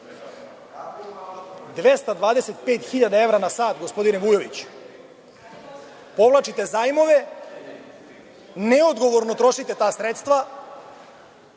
hiljada evra na sat gospodine Vujoviću. Povlačite zajmove, neodgovorno trošite ta sredstva,